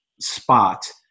spot